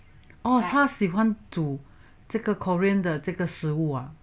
oh like 她喜欢煮这个 korean 的这个食物啊